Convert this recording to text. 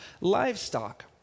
livestock